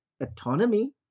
autonomy